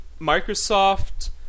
Microsoft